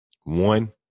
One